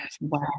Wow